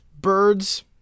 Birds